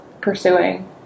pursuing